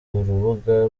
urubuga